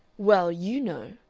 well, you know.